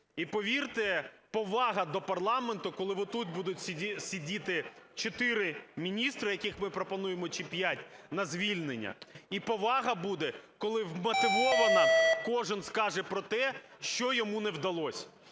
І, повірте, повага до парламенту, коли тут будуть сидіти чотири міністри, яких ми пропонуємо, чи п'ять, на звільнення, і повага буде, коли вмотивовано кожен скаже про те, що йому не вдалось.